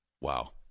wow